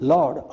Lord